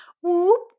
Whoop